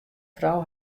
frou